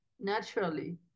naturally